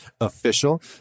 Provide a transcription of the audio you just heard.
official